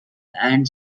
and